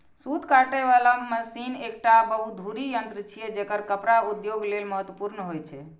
सूत काटे बला मशीन एकटा बहुधुरी यंत्र छियै, जेकर कपड़ा उद्योग लेल महत्वपूर्ण होइ छै